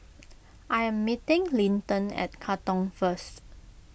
I am meeting Linton at Katong first